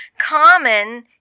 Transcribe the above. common